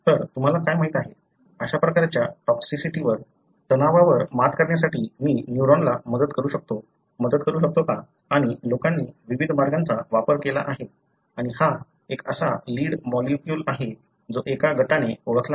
तर काय माहित आहे अशा प्रकारच्या टॉक्सिटीवर तणावावर मात करण्यासाठी मी न्यूरॉनला मदत करू शकतो का आणि लोकांनी विविध मार्गांचा वापर केला आहे आणि हा एक असा लीड मॉलिक्युल आहे जो एका गटाने ओळखला आहे